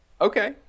Okay